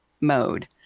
mode